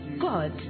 God